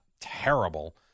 terrible